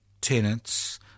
tenants